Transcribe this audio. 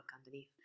underneath